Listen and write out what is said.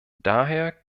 daher